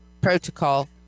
protocol